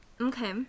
Okay